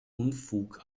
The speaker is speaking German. unfug